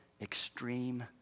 extreme